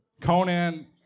Conan